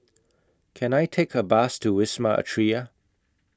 Can I Take A Bus to Wisma Atria